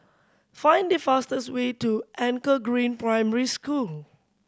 find the fastest way to Anchor Green Primary School